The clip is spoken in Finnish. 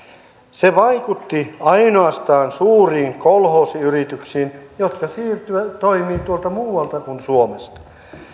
se vaikutti ainoastaan suuriin kolhoosiyrityksiin jotka siirtyvät pois ja toimivat tuolta muualta kuin suomesta